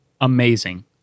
amazing